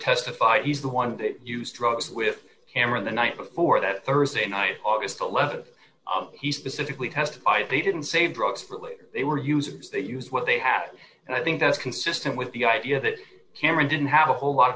testified he's the one to use drugs with cameron the night before that thursday night august th he specifically testified he didn't save drugs for later they were users that use what they have and i think that's consistent with the idea that cameron didn't have a whole lot of